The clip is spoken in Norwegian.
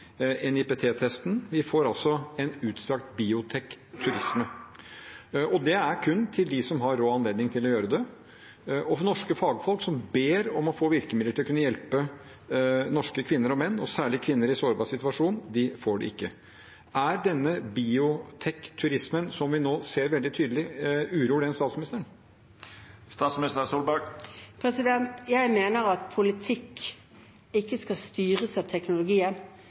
NIPT-testen. Vi får altså en utstrakt biotek-turisme. Det er kun for dem som har råd og anledning til å gjøre det. Norske fagfolk som ber om å få virkemidler til å kunne hjelpe norske kvinner og menn, og særlig kvinner i en sårbar situasjon, får det ikke. Den biotek-turismen som vi nå ser tydelig, uroer den statsministeren? Jeg mener at politikk ikke skal styres av teknologien.